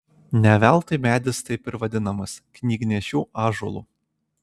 ne veltui medis taip ir vadinamas knygnešių ąžuolu